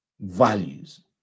Values